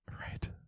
right